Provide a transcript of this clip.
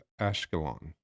Ashkelon